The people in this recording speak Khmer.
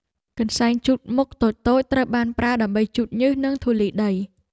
កន្សែងជូតមុខតូចៗត្រូវបានប្រើដើម្បីជូតញើស និងធូលីដី។